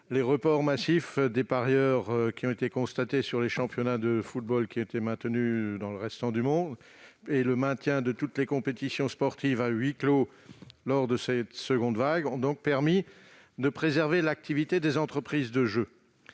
les reports massifs des parieurs constatés sur les championnats de football maintenus dans le reste du monde et le maintien de toutes les compétitions sportives à huis clos lors de la seconde vague ont permis de préserver l'activité des entreprises de jeu.